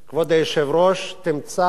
כבוד היושב-ראש, תמצא,